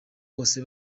bose